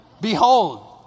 Behold